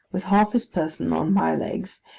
with half his person on my legs,